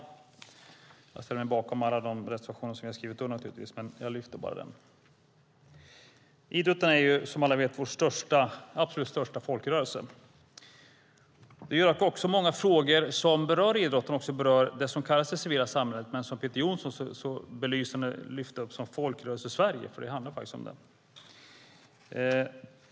Jag ställer mig naturligtvis bakom alla de reservationer som vi har skrivit under men lyfter fram enbart den. Idrotten är som alla vet vår absolut största folkrörelse. Det gör att många frågor som berör idrotten också berör det som kallas det civila samhället eller, som Peter Johnsson sade, Folkrörelsesverige, för det handlar faktiskt om det.